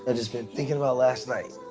ah just been thinking about last night.